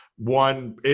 One